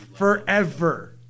Forever